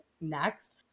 next